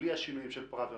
בלי השינויים פראוור,